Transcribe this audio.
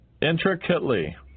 intricately